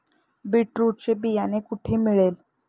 Beetroot चे बियाणे कोठे मिळेल?